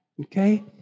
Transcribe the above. Okay